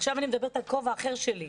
עכשיו אני מדברת על כובע אחר שלי,